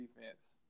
defense